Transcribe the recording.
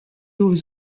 was